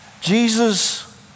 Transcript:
Jesus